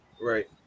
Right